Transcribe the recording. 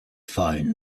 fine